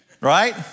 right